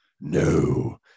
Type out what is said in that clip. no